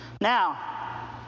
Now